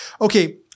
Okay